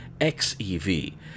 X-E-V